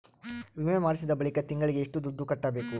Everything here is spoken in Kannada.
ವಿಮೆ ಮಾಡಿಸಿದ ಬಳಿಕ ತಿಂಗಳಿಗೆ ಎಷ್ಟು ದುಡ್ಡು ಕಟ್ಟಬೇಕು?